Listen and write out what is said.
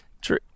True